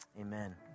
amen